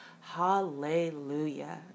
hallelujah